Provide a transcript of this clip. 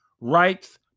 rights